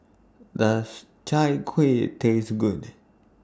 Does Chai Kueh Taste Good